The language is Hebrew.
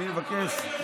אני מבקש.